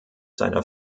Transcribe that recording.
seiner